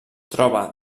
troba